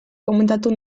komentatu